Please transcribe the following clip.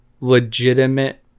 legitimate